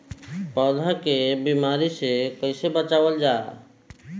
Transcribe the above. पौधा के बीमारी से कइसे बचावल जा?